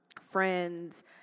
friends